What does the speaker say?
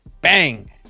Bang